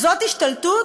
זאת השתלטות?